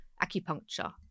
Acupuncture